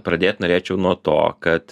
pradėt norėčiau nuo to kad